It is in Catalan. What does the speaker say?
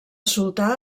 sultà